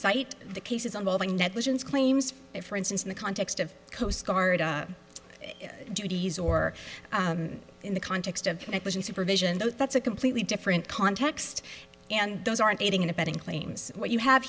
cite the cases involving negligence claims for instance in the context of coast guard duties or in the context of supervision though that's a completely different context and those aren't aiding and abetting claims what you have